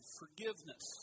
forgiveness